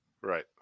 Right